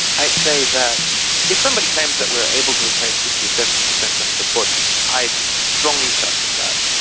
i'd say that if somebody claims that we're able to replace sixty or seventy per cent of the body, i'd strongly challenge that.